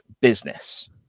business